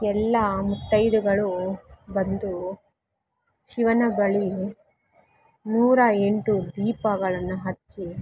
ಎಲ್ಲ ಮುತ್ತೈದೆಗಳು ಬಂದು ಶಿವನ ಬಳಿ ನೂರ ಎಂಟು ದೀಪಗಳನ್ನು ಹಚ್ಚಿ